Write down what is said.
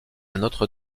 notre